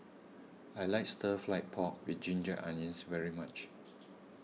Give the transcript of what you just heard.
I like Stir Fry Pork with Ginger Onions very much